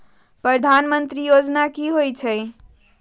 प्रधान मंत्री योजना कि होईला?